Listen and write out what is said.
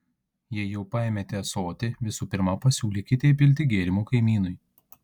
jei jau paėmėte ąsotį visų pirma pasiūlykite įpilti gėrimo kaimynui